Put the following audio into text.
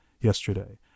yesterday